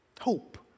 Hope